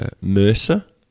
Mercer